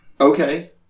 Okay